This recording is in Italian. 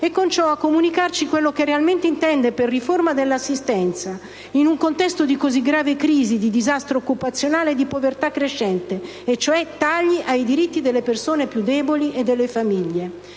e con ciò a comunicarci quello che realmente intende fare per riformare l'assistenza - in un contesto di così grave crisi, di disastro occupazionale, di povertà crescente - ovvero tagliare i diritti delle persone più deboli e delle famiglie.